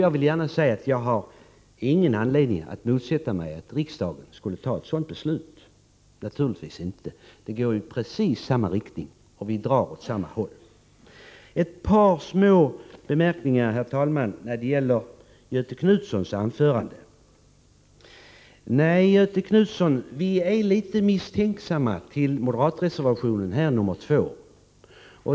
Jag har naturligtvis inte någon anledning att motsätta mig att riksdagen skulle fatta ett beslut i enlighet med detta. Det går i precis samma riktning som utskottsskrivningen, och vi drar åt samma håll. Sedan ett par små anmärkningar beträffande Göthe Knutsons anförande. Nej, Göthe Knutson, vi är litet misstänksamma till moderatreservationen 2.